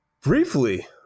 briefly